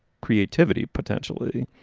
creativity, potentially